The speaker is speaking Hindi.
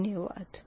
धन्यवाद